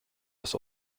das